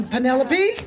Penelope